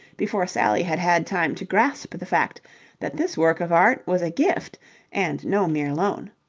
before sally had had time to grasp the fact that this work of art was a gift and no mere loan.